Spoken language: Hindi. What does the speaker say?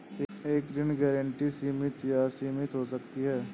एक ऋण गारंटी सीमित या असीमित हो सकती है